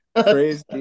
crazy